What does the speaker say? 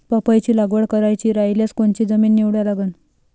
पपईची लागवड करायची रायल्यास कोनची जमीन निवडा लागन?